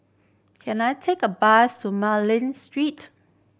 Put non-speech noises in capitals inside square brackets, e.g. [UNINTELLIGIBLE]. can I take a bus to [UNINTELLIGIBLE] Street